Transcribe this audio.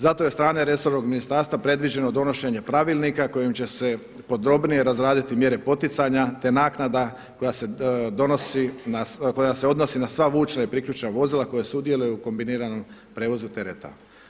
Zato je od strane resornog ministarstva predviđeno donošenje pravilnika kojim će se podrobnije razraditi mjere poticanja te naknada koja se donosi, koja se odnosi na sva vučna i priključna vozila koja sudjeluju u kombiniranom prijevozu tereta.